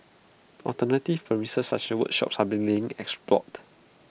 alternative premises such workshops are being explored